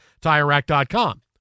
TireRack.com